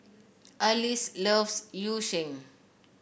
Arlis loves Yu Sheng